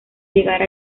llegar